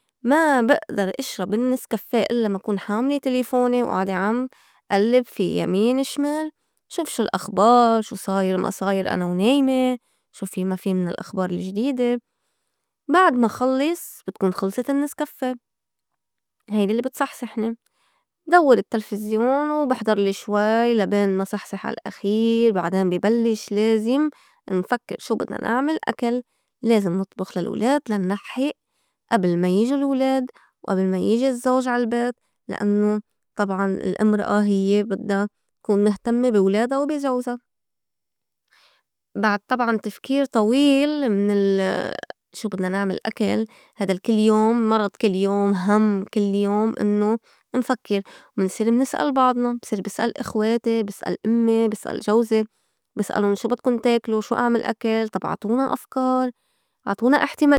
ما بئدر إشرب النسكافيه إلّا ما كون حاملة تلفوني وآعدة عم ألّب في يمين شمال شوف شو الأخبار؟ شو صاير ما صاير أنا ونايمة؟ شو في ما في من الأخبار الجديدة؟ بعد ما خلّص بتكون خُلْصت النسكافيه هيّ الّي بتصحصحني، بدوّر التلفزيون وبحضرلي شوي لا بين ما صحصح عالآخير بعدين بي بلّش لازم نفكّر شو بدنا نعمل أكل لازم نطبُخ للولاد لا نلحّئ أبل ما يجو الولاد وأبل ما يجي الزّوج عالبيت لأنّو طبعاً الأمرأة هيّ بدّا تكون مهتمّة بي ولادا وبي جوزا بعد طبعاً تفكير طويل من الشو بدنا نعمل أكل هيدا كل يوم مرض كل يوم هم كل يوم إنّو نفكّر ونصير منسأل بعضنا، بصير بسأل إخواتي، بسأل أمّي، بسأل جوزي، بسألُن شو بدكُن تاكلو شو أعمل أكل؟ طب عطونا أفكار، عطونا إحتما.